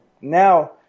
Now